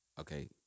Okay